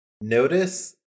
notice